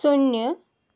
शून्य